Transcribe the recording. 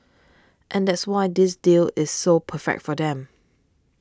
and that's why this deal is so perfect for them